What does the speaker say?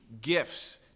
gifts